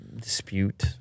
dispute